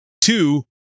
Two